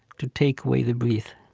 to take away the breath.